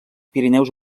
pirineus